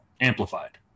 amplified